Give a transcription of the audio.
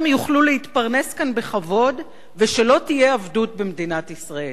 יוכלו להתפרנס כאן בכבוד ושלא תהיה עבדות במדינת ישראל.